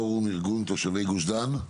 פורום ארגון מתיישבי גוש דן.